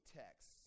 text